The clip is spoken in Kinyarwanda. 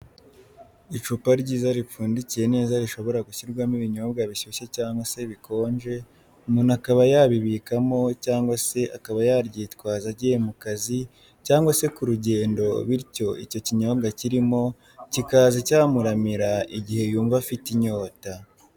Icupa ryiza ripfundikiye neza rishobora gushyirwamo ibinyobwa bishushye cyangwa se bikonje umuntu akaba yabibikamo cyangwa se akaba yaryitwaza agiye mu kazi cyangwa se ku rugendo bityo icyo kinyobwa kirimo kikaza cyamuramira igihe yumva afite inyota.